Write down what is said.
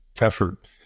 effort